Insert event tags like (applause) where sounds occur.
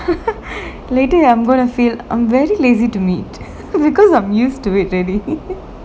(laughs) later I'm gonna feel I'm very lazy to meet because I'm used to it already (laughs)